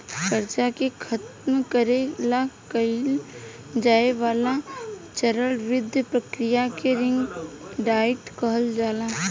कर्जा के खतम करे ला कइल जाए वाला चरणबद्ध प्रक्रिया के रिंग डाइट कहल जाला